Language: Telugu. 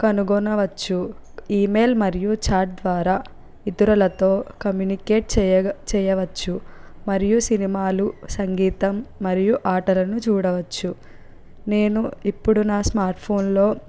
కనుగొనవచ్చు ఈమెయిల్ మరియు చాట్ ద్వారా ఇతరులతో కమ్యూనికేట్ చేయగ చేయవచ్చు మరియు సినిమాలు సంగీతం మరియు ఆటలను చూడవచ్చు నేను ఇప్పుడు నా స్మార్ట్ ఫోన్ లో